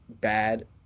bad